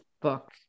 book